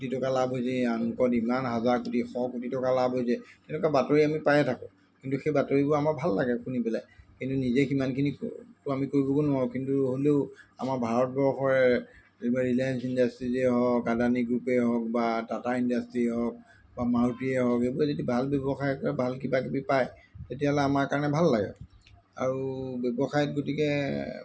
কোটি টকা লাভ হৈছে এই আমুকৰ ইমান হাজাৰ কোটি শ কোটি টকা লাভ হৈছে তেনেকুৱা বাতৰি আমি পায়ে থাকোঁ কিন্তু সেই বাতৰিবোৰ আমাৰ ভাল লাগে শুনি পেলাই কিন্তু নিজে সিমানখিনি আমি কৰিবগৈ নোৱাৰোঁ কিন্তু হ'লেও আমাৰ ভাৰতবৰ্ষৰে এইবোৰ ৰিলায়েন্স ইণ্ডাষ্ট্ৰিয়েই হওক আদানী গ্ৰুপেই হওক বা টাটা ইণ্ডাষ্ট্ৰিয়ে হওক বা মাৰুতিয়ে হওক এইবোৰে যদি ভাল ব্যৱসায় কৰে ভাল কিবাকিবি পায় তেতিয়াহ'লে আমাৰ কাৰণে ভাল লাগে আৰু ব্যৱসায়ত গতিকে